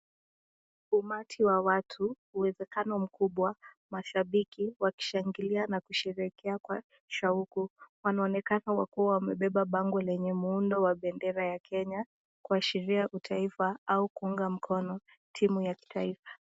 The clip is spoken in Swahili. Umati wa watu, uwezekano mkubwa mashabiki wakishangilia na kusherehekea kwa shauku. Wanaonekana wa kuwa wamebeba bango lenye muundo wa bendera ya kenya kuashiria utaifa au kuunga mkono timu ya kitaifa.